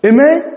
Amen